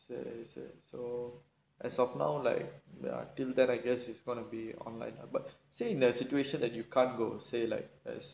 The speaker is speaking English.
that is so as of now like they are till then I guess it's gonna be online but say in the situation that you can't go say like oh